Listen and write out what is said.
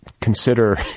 consider